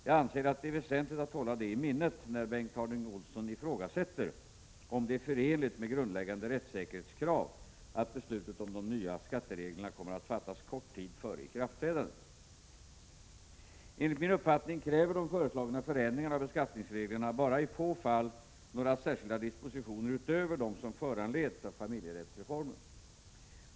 Jag anser att det är väsentligt att hålla detta i minnet när Bengt Harding Olson ifrågasätter om det är förenligt med grundläggande rättssäkerhetskrav att beslutet om de nya skattereglerna kommer att fattas kort tid före ikraftträdandet. Enligt min uppfattning kräver de föreslagna förändringarna av beskattningsreglerna bara i få fall några särskilda dispositioner utöver dem som föranleds av familjerättsreformen.